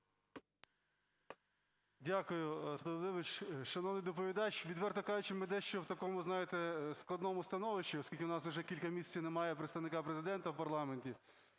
Дякую. Шановний доповідач, відверто кажучи, ми дещо в такому, знаєте, складному становищі, оскільки у нас вже кілька місяців немає Представника Президента в парламенті,